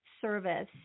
Service